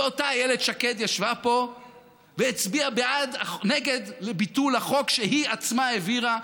ואותה איילת שקד ישבה פה והצביעה בעד ביטול החוק שהיא עצמה העבירה,